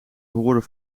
horen